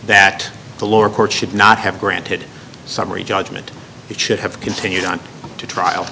that the lower court should not have granted summary judgment that should have continued on to trial